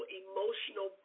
emotional